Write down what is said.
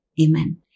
Amen